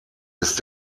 ist